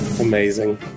Amazing